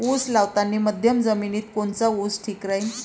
उस लावतानी मध्यम जमिनीत कोनचा ऊस ठीक राहीन?